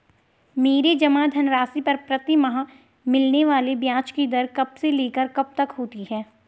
मेरे जमा धन राशि पर प्रतिमाह मिलने वाले ब्याज की दर कब से लेकर कब तक होती है?